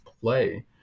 play